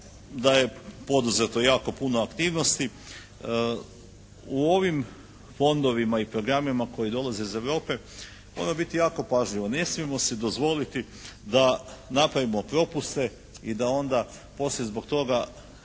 da je poduzeto jako puno aktivnosti. U ovim fondovima i programima koji dolaze iz Europe mora biti jako pažljivo, ne smijemo si dozvoliti da napravimo propuste i da onda poslije zbog toga